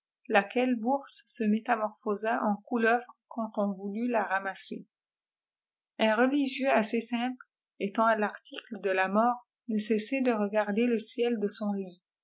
laquelle bourse se métamorphosa en cbuleuvre quand on voulut la ramasser un religieux assez simple étant à l'article de la mort ne cessait de regarder le ciel do sqp lit